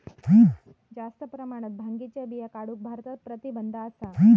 जास्त प्रमाणात भांगेच्या बिया काढूक भारतात प्रतिबंध असा